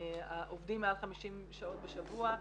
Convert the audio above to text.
העובדים מעל 50 שעות בשבוע,